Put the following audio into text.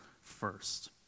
first